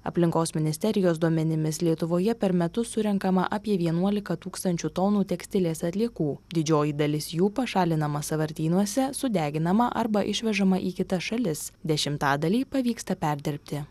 aplinkos ministerijos duomenimis lietuvoje per metus surenkama apie vienuolika tūkstančių tonų tekstilės atliekų didžioji dalis jų pašalinama sąvartynuose sudeginama arba išvežama į kitas šalis dešimtadalį pavyksta perdirbti